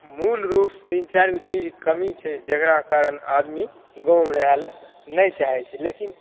मूल रूप से तीन चारि गो चीजके कमी छै जेकरा कारण आदमी गाँवमे रहैत लऽ नहि चाहैत छै लेकिन